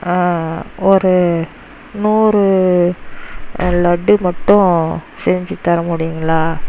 ஒரு நூறு லட்டு மட்டும் செஞ்சு தரமுடியுங்களா